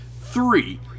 Three